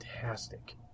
fantastic